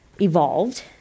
evolved